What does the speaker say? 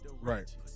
Right